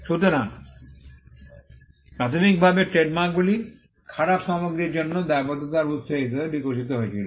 সুতরাং প্রাথমিকভাবে ট্রেডমার্কগুলি খারাপ সামগ্রীর জন্য দায়বদ্ধতার উত্স হিসাবে বিকশিত হয়েছিল